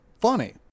Funny